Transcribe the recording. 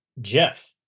Jeff